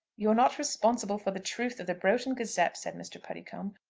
you are not responsible for the truth of the broughton gazette, said mr. puddicombe.